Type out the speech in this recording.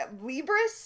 Libris